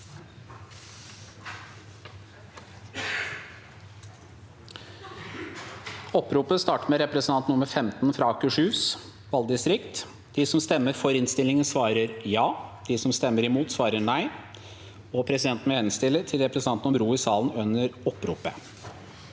Oppropet starter med representant nr. 15, fra Akershus. De som stemmer for innstillingen, svarer ja. De som stemmer imot, svarer nei. Presidenten vil henstille til representantene om ro i salen under oppropet.